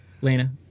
Lena